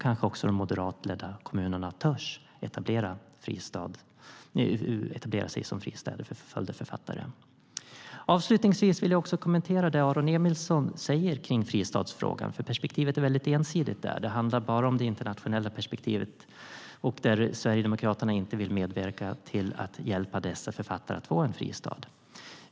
Då kanske också de moderatledda kommunerna törs etablera sig som fristäder för förföljda författare. Avslutningsvis vill jag kommentera det Aron Emilsson säger om fristadsfrågan, för perspektivet är väldigt ensidigt; det handlar bara om det internationella perspektivet. Sverigedemokraterna vill inte medverka till att hjälpa dessa författare att få en fristad.